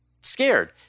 scared